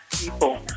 people